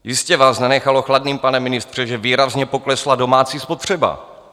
Jistě vás nenechalo chladným, pane ministře, že výrazně poklesla domácí spotřeba.